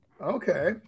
Okay